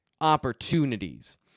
opportunities